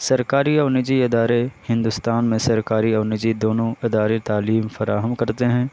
سرکاری اور نجی ادارے ہندوستان میں سرکاری اور نجی دونوں ادارے تعلیم فراہم کرتے ہیں